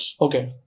Okay